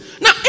Now